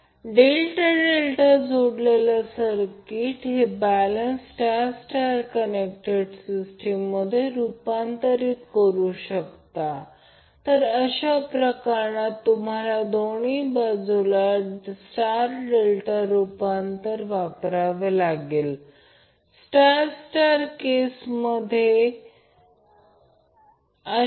आणि इथे आपल्याकडे ∆ सोर्ससाठी रिपीट फेज व्होल्टेज आहे फेज व्होल्टेज आणि लाइन व्होल्टेज ∆ सोर्ससाठी समान राहतात आणि जर ते ∆ सोर्स असेल तर फेज समान रेषेत असतात